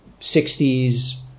60s